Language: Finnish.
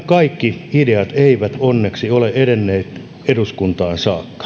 kaikki ideat eivät onneksi ole edenneet eduskuntaan saakka